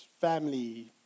family